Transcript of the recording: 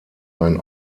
ein